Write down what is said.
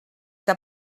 que